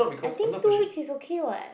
I think two week is okay [what]